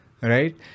right